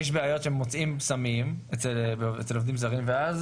יש בעיות כשמוצאים סמים אצל עובדים זרים ואז